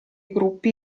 gruppi